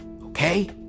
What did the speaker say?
okay